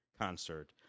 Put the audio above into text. concert